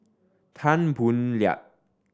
Tan Boo Liat